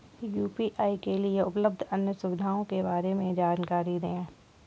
UPI के लिए उपलब्ध अन्य सुविधाओं के बारे में जानकारी दें?